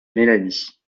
mélanie